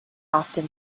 often